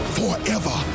forever